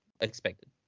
expected